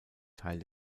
teil